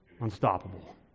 Unstoppable